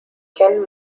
ken